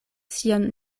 sian